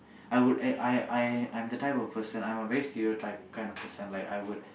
I would eh I I I I'm the type of person I'm a very stereotype kind of person like I would